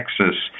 texas